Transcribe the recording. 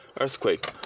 earthquake